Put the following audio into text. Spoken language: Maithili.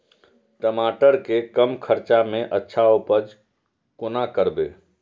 टमाटर के कम खर्चा में अच्छा उपज कोना करबे?